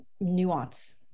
nuance